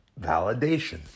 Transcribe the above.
validation